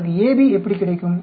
உங்களுக்கு AB எப்படி கிடைக்கும்